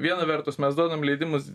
viena vertus mes duodam leidimus